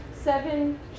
seven